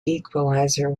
equalizer